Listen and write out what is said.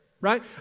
right